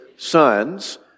sons